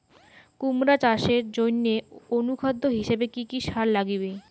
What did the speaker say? কুমড়া চাষের জইন্যে অনুখাদ্য হিসাবে কি কি সার লাগিবে?